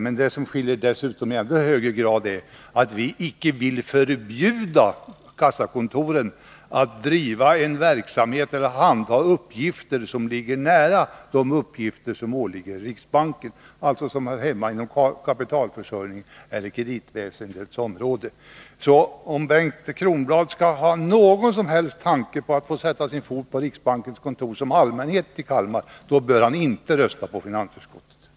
Men det som skiljer i ännu högre grad är att vi icke vill förbjuda kassakontoren att handha uppgifter som ligger nära de uppgifter som åligger riksbanken, alltså som hör hemma inom kapitalförsörjningens eller kreditväsendets område. Om Bengt Kronblad skall ha någon som helst tanke på att få sätta sin fot på riksbankens kontor som allmänhet i Kalmar, bör han inte rösta på finansutskottets förslag.